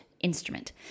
instrument